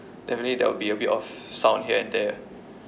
definitely there will be a bit of sound here and there